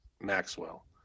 maxwell